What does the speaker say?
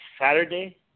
Saturday